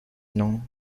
known